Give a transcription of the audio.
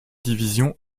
division